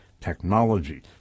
technology